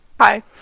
Hi